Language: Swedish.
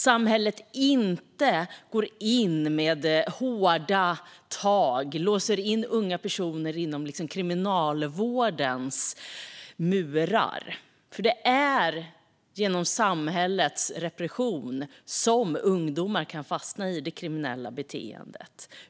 Samhället ska inte gå in med hårda tag och låsa in unga personer inom kriminalvårdens murar. Genom samhällets repression kan ungdomar nämligen fastna i det kriminella beteendet.